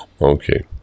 Okay